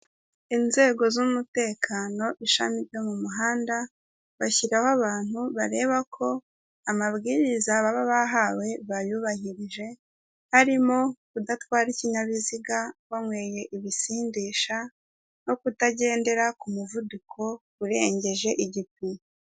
Inzego z'umutekano ishami ryo mu muhanda bashyiraho abantu bareba ko amabwiriza baba bahawe bayubahirije harimo kudatwara ikinyabiziga wanyweye ibisindisha no kutagendera ku muvuduko urengeje igipimo.